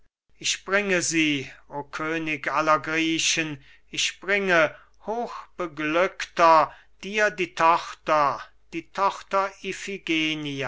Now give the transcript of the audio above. ich bringe sie o könig aller griechen ich bringe hochbeglückter dir die tochter die tochter